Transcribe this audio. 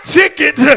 ticket